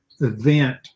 event